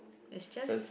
is just